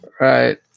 Right